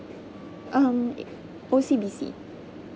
um it O_C_B_C